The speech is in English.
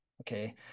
Okay